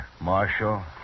Marshal